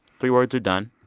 three words are done.